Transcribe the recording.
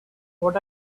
what